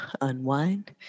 unwind